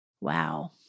Wow